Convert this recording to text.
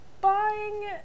buying